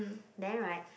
then right